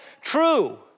true